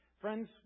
Friends